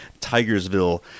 Tigersville